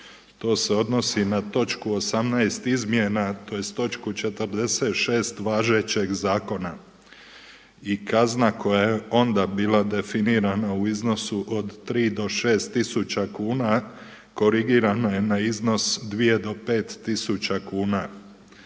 To se odnosi na točku 18. izmjena, tj. točku 46. važećeg zakona. I kazna koja je onda bila definirana u iznosu od 3 do 6000 kuna korigirana je na iznos 2 do 5000 kuna.